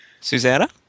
Susanna